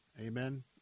Amen